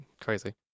crazy